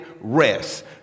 rest